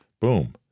Boom